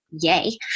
yay